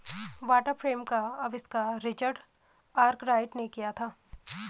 water frame का आविष्कार Richard Arkwright ने किया था